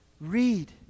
read